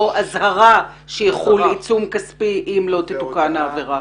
או אזהרה שיחול עיצום כספי אם לא תתוקן העבירה?